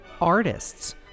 artists